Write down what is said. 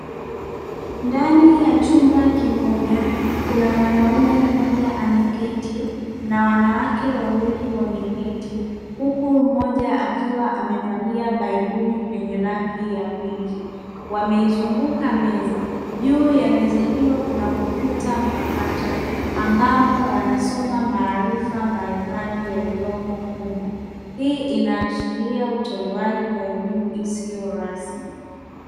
Katika chumba kimoja, kuna mwanaume mmoja ameketi na wanawake wawili wamekaa. Mmoja akiwa amevalia bairiri yenye rangi ya kijani. Wameizunguka meza. Juu ya meza hiyo kuna kompyuta mpakato ambamo wanasoma maarifa mbalimbali yaliyomo humu. Hii inaashiria utolewaji wa elimu isiyo rasmi.